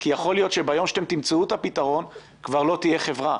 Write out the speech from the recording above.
כי יכול להיות שביום שתמצאו את הפתרון כבר לא תהיה חברה.